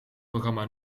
programma